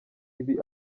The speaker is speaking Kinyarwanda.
ibi